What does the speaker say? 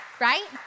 Right